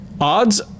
Odds